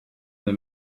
the